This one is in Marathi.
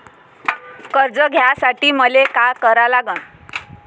कर्ज घ्यासाठी मले का करा लागन?